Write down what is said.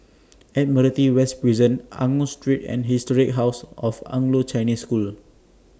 Admiralty West Prison Angus Street and Historic House of Anglo Chinese School